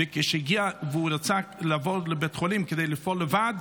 וכשרצה לעבור בית חולים כדי לפעול לבד,